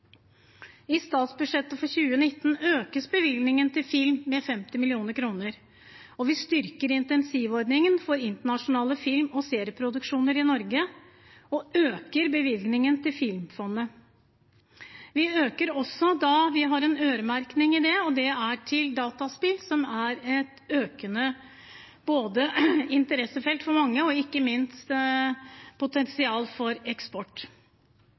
I statsbudsjettet for 2019 økes bevilgningen til film med 50 mill. kr. Vi styrker incentivordningen for internasjonale film- og serieproduksjoner i Norge og øker bevilgningen til Filmfondet. Vi øker også, med en øremerking, til dataspill, som både er et økende interessefelt for mange, og som ikke minst har et potensial for eksport.